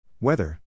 weather